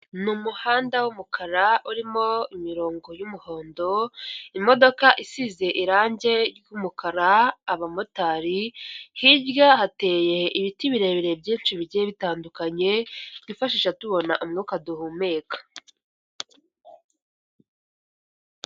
N'umuhanda w'umukara urimo imirongo y'umuhondo, imodoka isize irangi ry'umukara abamotari hirya hateye ibiti birebire byinshi bigiye bitandukanye twifashisha tubona umwuka duhumeka.